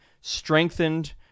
strengthened